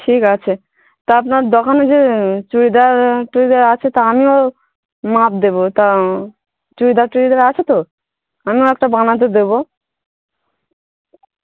ঠিক আছে তা আপনার দোকানে যে চুড়িদার টুড়িদার আছে তা আমিও মাপ দেবো তা চুড়িদার টুড়িদার আছে তো আমিও একটা বানাতে দেবো